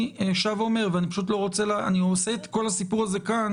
אני שב ואומר: אני עושה את כל הסיפור הזה כאן